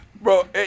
Bro